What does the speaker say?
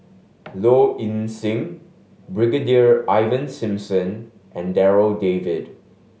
Low Ing Sing Brigadier Ivan Simson and Darryl David